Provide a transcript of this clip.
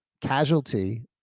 casualty